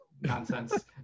Nonsense